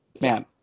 Man